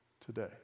today